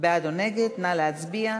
בעד או נגד, נא להצביע.